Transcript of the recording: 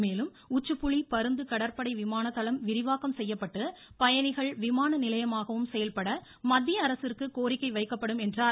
மேலும் உச்சுப்புளி பருந்து கடற்படை விமான தளம் விரிவாக்கம் செய்யப்பட்டு பயணிகள் விமான நிலையமாகவும் செயல்பட மத்திய அரசிற்கு கோரிக்கை வைக்கப்படும் என்றார்